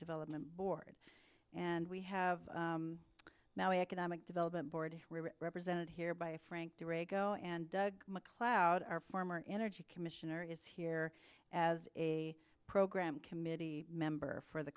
development board and we have now economic development board who are represented here by a frank durango and doug macleod our former energy commissioner is here as a program committee member for the